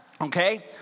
Okay